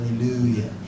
Hallelujah